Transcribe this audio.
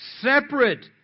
separate